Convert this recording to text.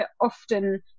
often